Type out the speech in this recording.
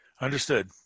Understood